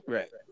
Right